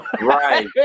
right